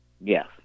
Yes